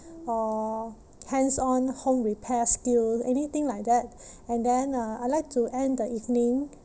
or hands-on home repair skill anything like that and then uh I like to end the evening